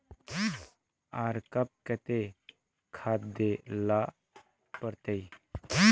आर कब केते खाद दे ला पड़तऐ?